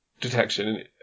detection